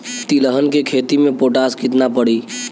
तिलहन के खेती मे पोटास कितना पड़ी?